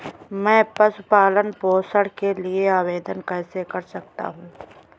मैं पशु पालन पोषण के लिए आवेदन कैसे कर सकता हूँ?